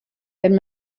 wenn